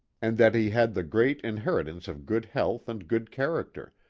and that he had the great inheritance of good health and good character,